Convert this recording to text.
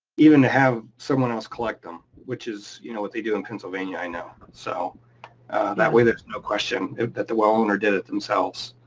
even to have someone else collect them, which is you know what they do in pennsylvania, i know. so that way, there's no question that the well owner did it themselves.